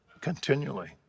continually